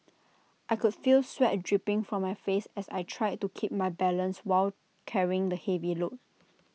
I could feel sweat and dripping from my face as I tried to keep my balance while carrying the heavy load